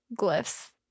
glyphs